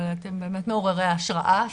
אבל אתם באמת מעוררי השארה.